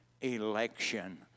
election